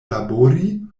labori